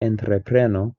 entrepreno